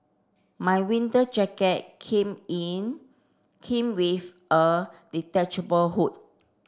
my winter jacket came in came with a detachable hood